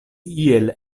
iel